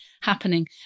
happening